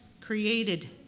created